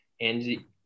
Andy